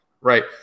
right